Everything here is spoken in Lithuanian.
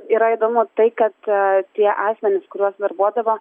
yra įdomu tai kad tie asmenys kuriuos verbuodavo